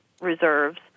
reserves